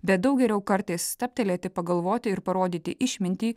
bet daug geriau kartais stabtelėti pagalvoti ir parodyti išmintį